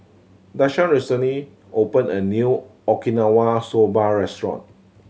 Dashawn recently opened a new Okinawa Soba Restaurant